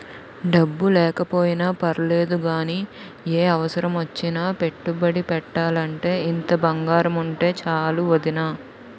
డబ్బు లేకపోయినా పర్లేదు గానీ, ఏ అవసరమొచ్చినా పెట్టుబడి పెట్టాలంటే ఇంత బంగారముంటే చాలు వొదినా